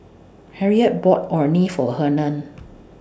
Harriette bought Orh Nee For Hernan